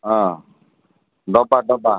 ହଁ ଡ଼ବା ଡ଼ବା